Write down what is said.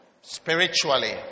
spiritually